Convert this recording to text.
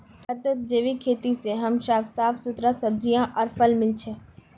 भारतत जैविक खेती से हमसाक साफ सुथरा सब्जियां आर फल मिल छ